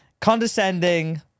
Condescending